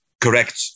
correct